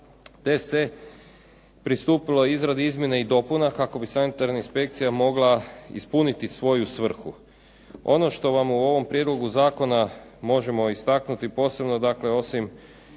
te se pristupilo izradi izmjena i dopuna kako bi sanitarna inspekcija mogla ispuniti svoju svrhu. Ono što vam u ovom prijedlogu zakona možemo istaknuti posebno dakle osim